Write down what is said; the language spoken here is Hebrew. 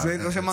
לא שמענו.